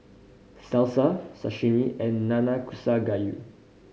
Salsa Sashimi and Nanakusa Gayu